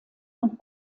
und